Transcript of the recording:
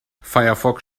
firefox